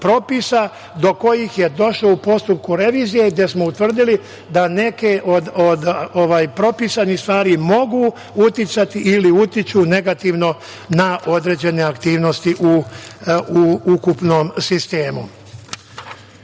do kojih je došlo u postupku revizije, gde smo utvrdili da neke od propisanih stvari mogu uticati ili utiču negativno na određene aktivnosti u ukupnom sistemu. Još